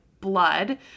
blood